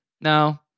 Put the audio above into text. No